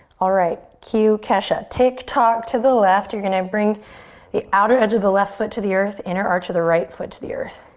alright, cue kesha, tick-tock to the left. you're gonna bring the outer edge of the left foot to the earth, inner arch of the right foot to the earth.